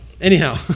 Anyhow